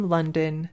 London